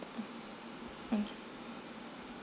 mm